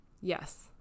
yes